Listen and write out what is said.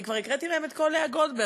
אני כבר הקראתי להם את כל לאה גולדברג,